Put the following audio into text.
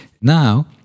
now